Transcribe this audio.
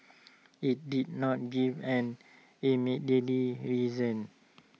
IT did not give an immediately reason